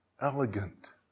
elegant